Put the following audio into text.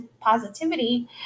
positivity